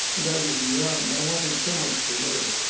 and i was young. i wanted so much to live.